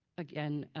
again,